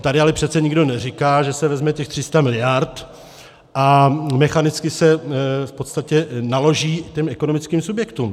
Tady ale přece nikdo neříká, že se vezme těch 300 mld. a mechanicky se v podstatě naloží těm ekonomickým subjektům.